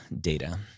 data